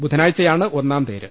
ബുധ നാഴ്ചയാണ് ഒന്നാം തേര്